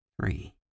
Three